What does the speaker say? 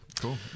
Cool